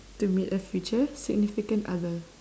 to meet a future significant other